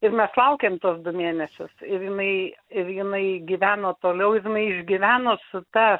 ir mes laukėm tuos du mėnesius ir jinai ir jinai gyveno toliau ir jinai išgyveno su ta